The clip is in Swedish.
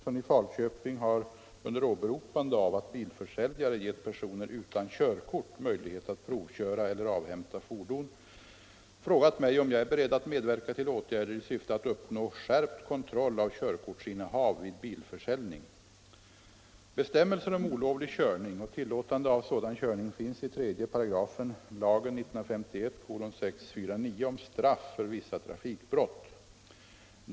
Herr talman! Herr Börjesson i Falköping har — under åberopande av att bilförsäljare gett personer utan körkort möjlighet att provköra eller avhämta fordon — frågat mig om jag är beredd att medverka till åtgärder i syfte att uppnå skärpt kontroll av körkortsinnehav vid bilförsäljning. Bestämmelser mot olovlig körning och tillåtande av sådan körning finns i 3 § lagen om straff för vissa trafikbrott.